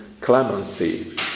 clemency